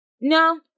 No